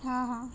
हां हां